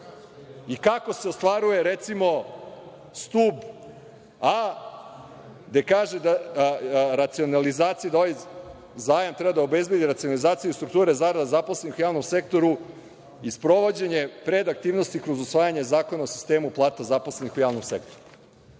Kako se ostvaruje recimo „Stub A“ gde kaže da ovaj zajam treba da obezbedi racionalizaciju struktura zarada zaposlenih u javnom sektoru i sprovođenje predaktivnosti kroz usvajanje Zakona o sistemu plata zaposlenih u javnom sektoru. Sad